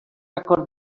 acord